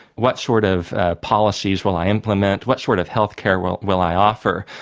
what sort of policies will i implement? what sort of healthcare will will i offer?